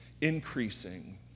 increasing